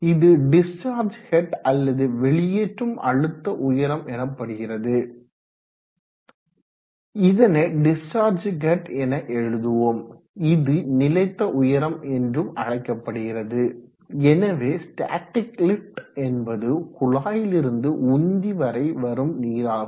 இது discharge head அல்லது வெளியேற்றும் அழுத்த உயரம் எனப்படுகிறது இதனை டிஸ்சார்ஜ் ஹெட் என எழுதுவோம் இது நிலைத்த உயரம் என்றும் அழைக்கப்படுகிறது எனவே ஸ்டாடிக் லிஃப்ட் என்பது குழாயிலிருந்து உந்தி வரை வரும் நீராகும்